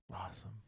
Awesome